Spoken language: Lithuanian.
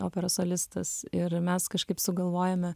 operos solistas ir mes kažkaip sugalvojome